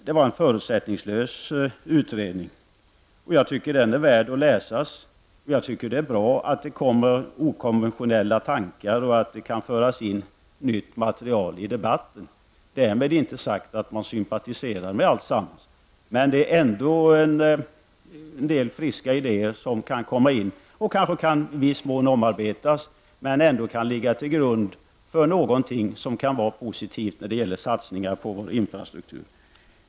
Det var en förutsättningslös utredning. Jag tycker att den är värd att läsas. Jag tycker att det är bra att okonventionella tankar kommer fram och att nytt material kan föras in i debatten. Därmed inte sagt att jag sympatiserar med allt. Men en del friska idéer kan komma fram. De kanske till viss del kan omarbetas och ligga till grund för något som kan vara positivt när det gäller satsningar på vår infrastruktur.